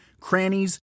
crannies